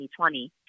2020